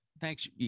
Thanks